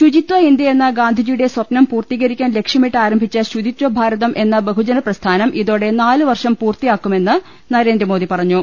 ശുചിത്വ ഇന്ത്യയെന്ന ഗാന്ധിജി യുടെ സ്പ്നം പൂർത്തീകരിക്കാൻ ലക്ഷ്യമിട്ട് ആരംഭിച്ച ശുചിത്വഭാരതം എന്ന ബഹുജന പ്രസ്ഥാനം ഇതോടെ നാല് വർഷം പൂർത്തിയാകുമെന്ന് നരേന്ദ്രമോദി പറഞ്ഞു